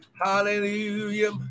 Hallelujah